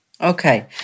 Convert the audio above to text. Okay